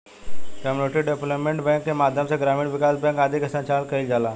community development bank के माध्यम से ग्रामीण विकास बैंक आदि के संचालन कईल जाला